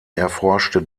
erforschte